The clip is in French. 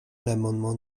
l’amendement